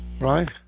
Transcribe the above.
Right